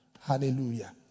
Hallelujah